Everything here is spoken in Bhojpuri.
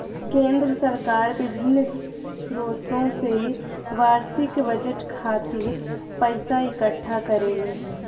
केंद्र सरकार बिभिन्न स्रोत से बार्षिक बजट खातिर पइसा इकट्ठा करेले